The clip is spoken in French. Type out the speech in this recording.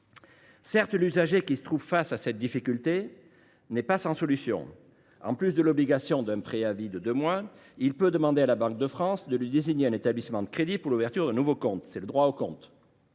Certes, l’usager, face à cette difficulté, n’est pas sans solution. En plus du préavis obligatoire de deux mois, il peut demander à la Banque de France de désigner un établissement de crédit pour l’ouverture d’un nouveau compte – le droit au compte.